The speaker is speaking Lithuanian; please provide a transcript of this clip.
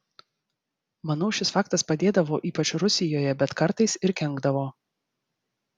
manau šis faktas padėdavo ypač rusijoje bet kartais ir kenkdavo